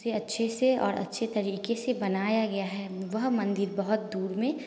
उसे अच्छे से और अच्छे तरीके से बनाया गया है वह मंदिर बहुत दूर में